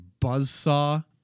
buzzsaw